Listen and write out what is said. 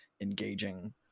engaging